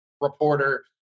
reporter